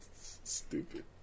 Stupid